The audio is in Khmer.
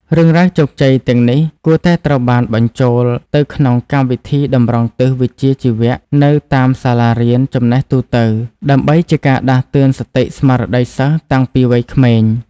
រឿងរ៉ាវជោគជ័យទាំងនេះគួរតែត្រូវបានបញ្ចូលទៅក្នុងកម្មវិធីតម្រង់ទិសវិជ្ជាជីវៈនៅតាមសាលារៀនចំណេះទូទៅ ដើម្បីជាការដាស់តឿនសតិស្មារតីសិស្សតាំងពីវ័យក្មេង។